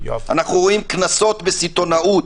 אנחנו רואים קנסות בסיטונאות,